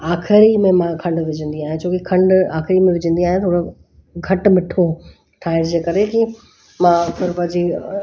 आख़िरी में मां खंडु विझंदी आहियां छोकि खंडु आख़िरी में विझंदी आहियां थोरो घटि मिठो ठाहिण जे करे की हूअ मां फिर वजी